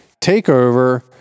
TakeOver